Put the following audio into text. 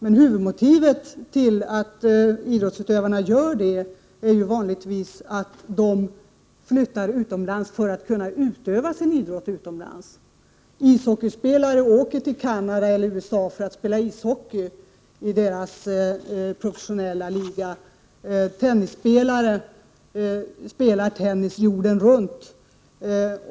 Men huvudmotivet till att de flyttar utomlands är vanligtvis att de vill utöva sin idrott där. Ishockeyspelare åker till Kanada eller USA för att få vara med och spela i professionella ligor där. Tennisspelare spelar tennis överallt på jorden.